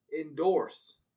endorse